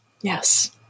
Yes